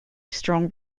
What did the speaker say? strong